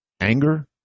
anger